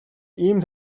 ийм